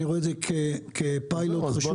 אני רואה את זה כפיילוט חשוב,